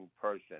person